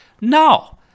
No